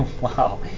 wow